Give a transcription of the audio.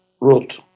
wrote